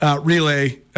relay